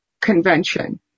convention